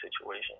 situation